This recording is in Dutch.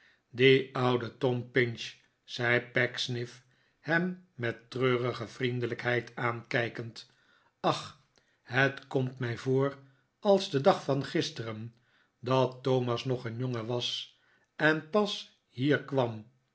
oude tom pinch zei pecksniff hem met treurige vriendelijkheid aankijk'end ach het komt mij voor als de dag van gisteren dat thomas nog een jongen was en pas hier kwam